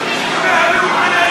לך.